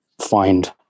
find